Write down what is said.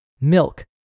milk